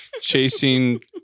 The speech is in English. Chasing